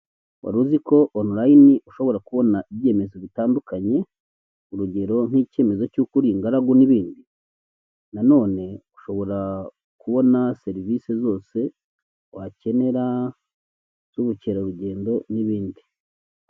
Wari uzi ko online ushobora kubona ibyemezo bitandukanye, urugero nk'icyemezo cy'uko uri ingaragu n'ibindi? Nanone ushobora kubona serivisi zose wakenera z'ubukerarugendo n'ibindi.